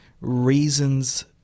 reasons